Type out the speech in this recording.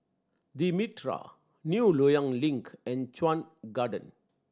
The Mitraa New Loyang Link and Chuan Garden